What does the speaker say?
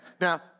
Now